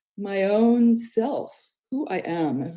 my own self, who i am,